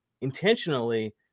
intentionally